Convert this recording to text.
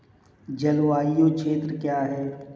जलवायु क्षेत्र क्या है?